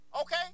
Okay